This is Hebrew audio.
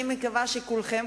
אני מקווה שכולכם,